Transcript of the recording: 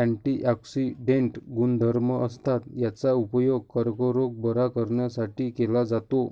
antioxidant गुणधर्म असतात, याचा उपयोग कर्करोग बरा करण्यासाठी केला जातो